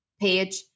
page